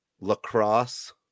lacrosse